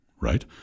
right